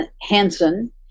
Hansen